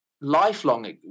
lifelong